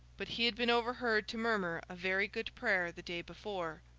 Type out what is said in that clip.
but he had been overheard to murmur a very good prayer the day before.